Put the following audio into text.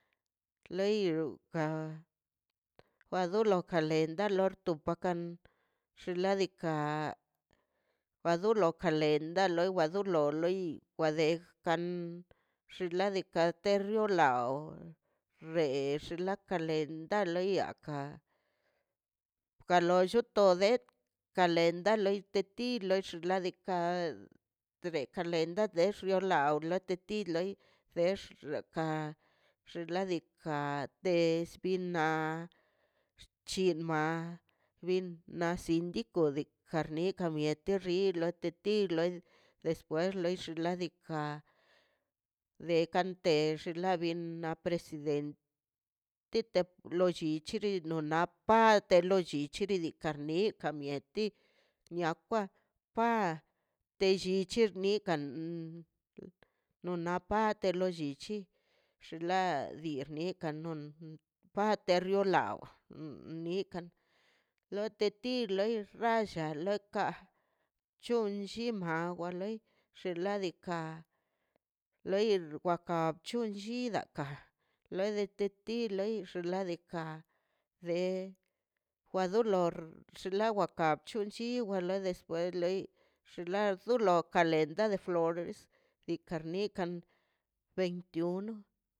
Lei ka wa do lo kalenda lor topokan xinladika wa do lo calenda loi ba wa do lo loi kwadeg ka xinladika terio lau de xi le kalenda de niaka kalo llote de kalenda lei te tix ka tre kalenda dex yo law de teti loi bexka xinladika espina xchima bin lna sindiko de karnika mieti xila loi despues loi xinladika dekantex la bin na president de lo llichich no na pade de lo llichi dikina ka mieti niakwa pa te llichi niekan no napati de lo llichi xinla de lo nini kan non pater rio law nikan lo te ti lor ralla loka chon lli mawa loi xin ladika loi wakach chun llidaꞌ ka lodeteti loi xnaꞌ diikaꞌ de kwa do lor xin ladika chon lli wa loi la despues loi xin lai dolo kalenda de flores y karnikan veintiuno.